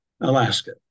Alaska